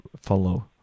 follow